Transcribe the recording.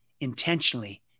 intentionally